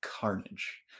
carnage